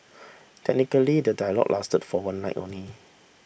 technically the dialogue lasted for one night only